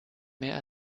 mehr